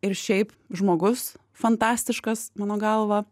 ir šiaip žmogus fantastiškas mano galva